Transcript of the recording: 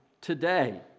today